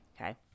okay